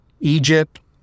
Egypt